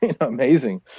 Amazing